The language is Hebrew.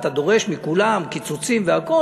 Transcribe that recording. אתה דורש מכולם קיצוצים והכול,